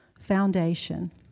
foundation